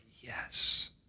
yes